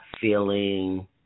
feeling